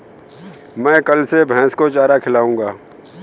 मैं कल से भैस को चारा खिलाऊँगा